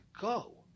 go